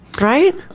Right